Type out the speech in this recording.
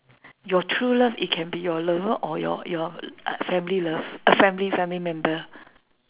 your true love it can be your lover or your your uh family love family family member